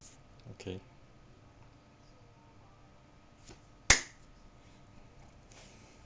okays